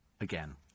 again